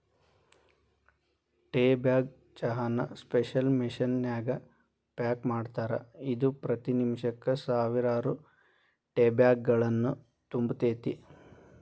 tea bag ಚಹಾನ special machine ನ್ಯಾಗ pack ಮಾಡ್ತಾರ, ಇದು ಪ್ರತಿ ನಿಮಿಷಕ್ಕ ಸಾವಿರಾರು ಟೇಬ್ಯಾಗ್ಗಳನ್ನು ತುಂಬತೇತಿ